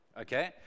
Okay